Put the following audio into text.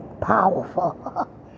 powerful